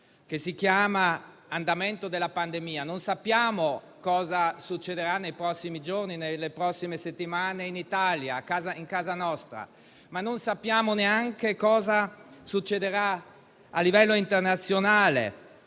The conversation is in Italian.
che si chiama andamento della pandemia. Non sappiamo cosa succederà nei prossimi giorni e nelle prossime settimane in Italia, in casa nostra; ma non sappiamo neanche cosa succederà a livello internazionale,